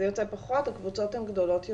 הקבוצות הן גדולות יותר.